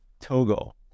Togo